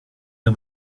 new